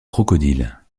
crocodile